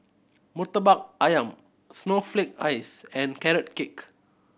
Murtabak Ayam snowflake ice and Carrot Cake